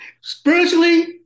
spiritually